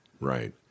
right